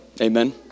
amen